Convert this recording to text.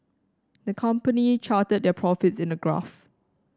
the company charted their profits in a graph